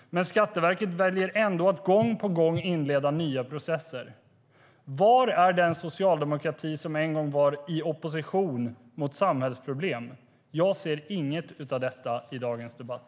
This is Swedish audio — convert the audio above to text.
Men Skatteverket väljer ändå att gång på gång inleda nya processer. Var är den socialdemokrati som en gång var i opposition mot samhällsproblem? Jag ser inget av detta i dagens debatt.